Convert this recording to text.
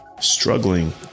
Struggling